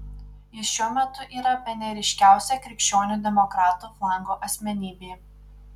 jis šiuo metu yra bene ryškiausia krikščionių demokratų flango asmenybė